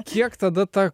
kiek tada ta